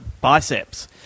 biceps